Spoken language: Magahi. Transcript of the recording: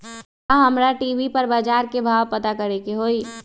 का हमरा टी.वी पर बजार के भाव पता करे के होई?